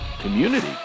Community